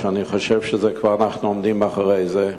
ואני חושב שאנחנו כבר עומדים אחרי זה.